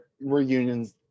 reunions